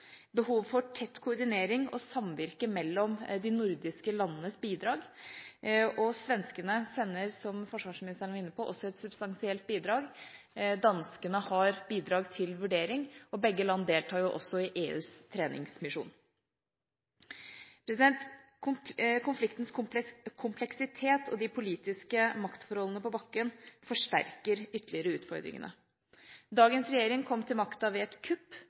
behov for tett koordinering og samvirke mellom de nordiske landenes bidrag, og svenskene sender, som forsvarsministeren var inne på, også et substansielt bidrag, danskene har bidrag til vurdering, og begge land deltar også i EUs treningsmisjon. Konfliktens kompleksitet og de politiske maktforholdene på bakken forsterker ytterligere utfordringene. Dagens regjering kom til makten ved et kupp,